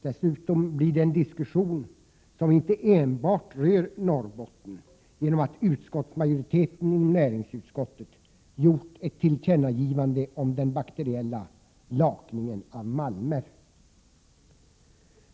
Dessutom blir det en diskussion som inte rör enbart Norrbotten genom att utskottsmajoriteten inom näringsutskottet gjort ett tillkännagivande om den bakteriella lakningen av malmer.